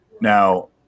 Now